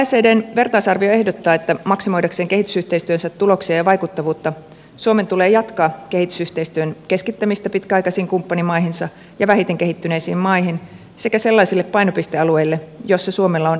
oecdn vertaisarvio ehdottaa että maksimoidakseen kehitysyhteistyönsä tuloksia ja vaikuttavuutta suomen tulee jatkaa kehitysyhteistyön keskittämistä pitkäaikaisiin kumppanimaihinsa ja vähiten kehittyneisiin maihin sekä sellaisille painopistealueille joissa suomella on selkeää vaikuttavuutta